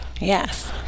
Yes